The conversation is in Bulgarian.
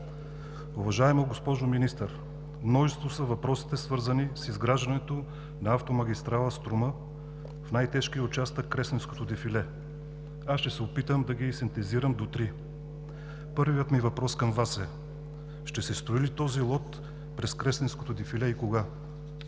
Уважаема госпожо Министър, множество са въпросите, свързани с изграждането на автомагистрала „Струма“ в най-тежкия ѝ участък – Кресненското дефиле. Аз ще се опитам да ги синтезирам до три. Първият ми въпрос към Вас е: ще се строи ли този лот през Кресненското дефиле и кога?